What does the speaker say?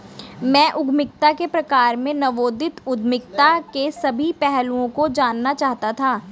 मैं उद्यमिता के प्रकार में नवोदित उद्यमिता के सभी पहलुओं को जानना चाहता था